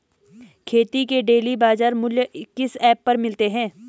खेती के डेली बाज़ार मूल्य किस ऐप पर मिलते हैं?